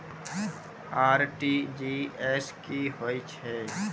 RTGS की होय छै?